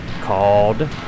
called